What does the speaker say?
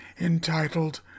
entitled